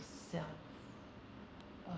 myself uh